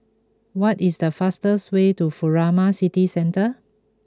what is the fastest way to Furama City Centre